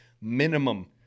minimum